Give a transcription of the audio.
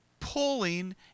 pulling